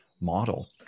model